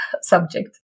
subject